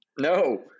No